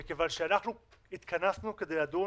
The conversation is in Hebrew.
מכיוון שאנחנו התכנסו כדי לדון